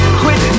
quit